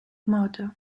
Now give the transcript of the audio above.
motto